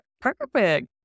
Perfect